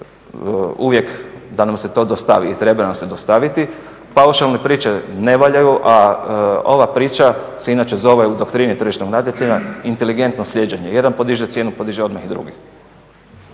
uvijek da nam se to dostavi i treba nam se dostaviti. Paušalne priče ne valjaju, a ova priča se inače zove u doktrini tržišnog natjecanja inteligentno slijeđenje. Jedan podiže cijenu, podiže odmah i drugi.